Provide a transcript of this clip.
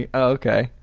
ah okay,